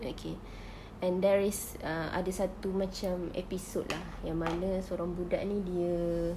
okay and there is uh ada satu macam episode lah yang mana seorang budak ini dia